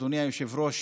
אדוני היושב-ראש,